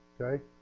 Okay